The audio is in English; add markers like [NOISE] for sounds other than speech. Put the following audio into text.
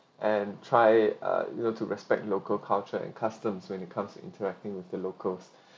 and try uh you know to respect local cultures and customs when it comes to interacting with the locals [BREATH]